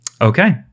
Okay